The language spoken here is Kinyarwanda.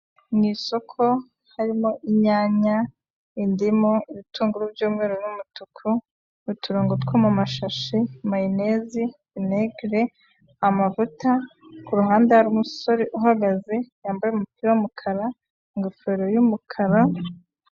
Mu isoko harimo inyanya, indimu, ibitunguru by'umweru n'umutuku, uturongo two mu mashashi, mayoneze, vinegere, amavuta, kuruhande hari umusore uhagaze yambaye umupira w'umukara, ingofero y'umukara.